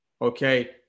Okay